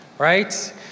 Right